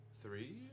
three